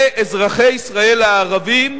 ואזרחי ישראל הערבים